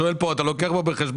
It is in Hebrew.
הנושא כאן הוא לא רק מס,